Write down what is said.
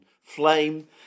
flame